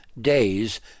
days